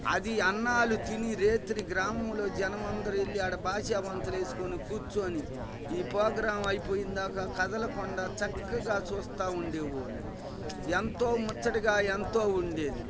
అది అన్నాలు తిని రాత్రి గ్రామంలో జనం అందరు వెళ్ళి ఆడ బాషాబంతులు వేసుకోని కూర్చొని ఈ ప్రోగ్రామ్ అయిపోయిందాక కదలకుండా చక్కగా చూస్తూ ఉండేవాళ్ళు ఎంతో ముచ్చటగా ఎంతో ఉండేది